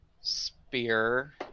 spear